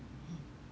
mm